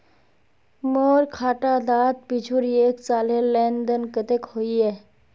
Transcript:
मोर खाता डात पिछुर एक सालेर लेन देन कतेक होइए?